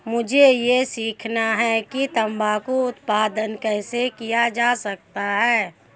मुझे यह सीखना है कि तंबाकू उत्पादन कैसे किया जा सकता है?